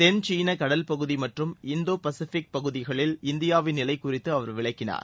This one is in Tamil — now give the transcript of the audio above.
தென்சீன கடல் பகுதி மற்றும் இந்தோ பசிபிக் பகுதிகளில் இந்தியாவின் நிலை குறித்து அவர் விளக்கினார்